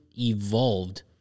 evolved